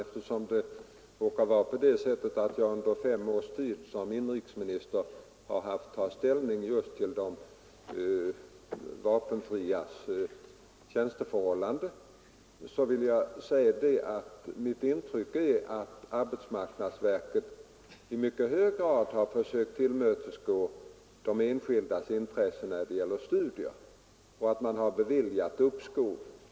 Herr talman! Eftersom jag, under fem års tid som inrikesminister, haft att ta ställning till de vapenfrias tjänsteförhållanden vill jag säga att mitt intryck är att arbetsmarknadsverket i mycket hög grad försökt tillmötesgå de enskildas intressen när det gäller studier och beviljat uppskov.